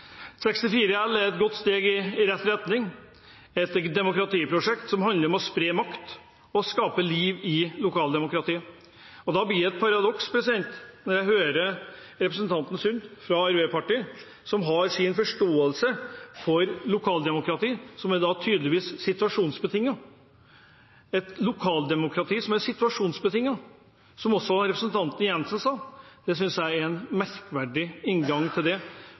64 L er et godt steg i riktig retning i et demokratiprosjekt som handler om å spre makt og skape liv i lokaldemokratiet. Det blir et paradoks når jeg hører representanten Sund, fra Arbeiderpartiet, som har forståelse for lokaldemokrati, men tydeligvis situasjonsbetinget. Et lokaldemokrati som er situasjonsbetinget, som også representanten Jenssen sa, synes jeg er en merkverdig inngang til de lokale valgene og de lokale måtene å gjøre ting på. Det